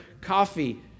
coffee